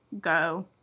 go